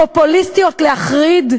פופוליסטיות להחריד?